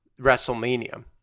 WrestleMania